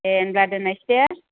दे होनब्ला दोननोसै दे